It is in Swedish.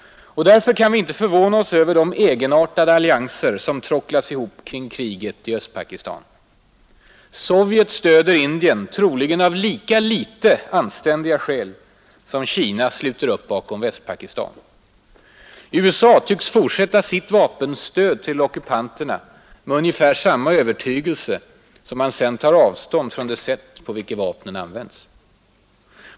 Därför kan vi inte förvåna oss över de egenartade allianser som tråcklas ihop kring kriget i Östpakistan. Sovjet stöder Indien troligen av lika litet anständiga skäl som Kina sluter upp bakom Västpakistan. USA tycks fortsätta sitt vapenstöd till ockupanterna med ungefär samma övertygelse som man sen tar avstånd från det sätt på vilket vapnen används.